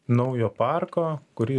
naujo parko kurį